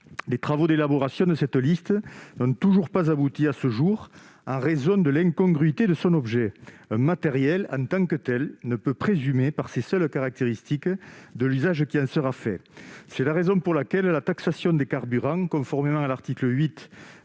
Les travaux d'élaboration de cette liste n'ont toujours pas abouti à ce jour en raison de l'incongruité de cet objet : un matériel en tant que tel ne peut présumer, par ses seules caractéristiques, de l'usage qui en sera fait. C'est la raison pour laquelle, conformément à l'article 8